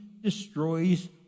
destroys